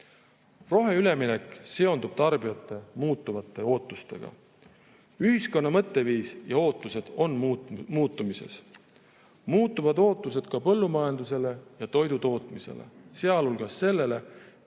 järelevalvet. Roheüleminek seondub tarbijate muutuvate ootustega. Ühiskonna mõtteviis ja ootused on muutumises. Muutuvad ootused ka põllumajandusele ja toidutootmisele, sealhulgas sellele,